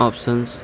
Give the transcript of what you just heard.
options